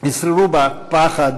ישררו בה פחד,